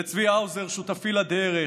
לצבי האוזר, שותפי לדרך,